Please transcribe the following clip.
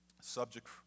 subject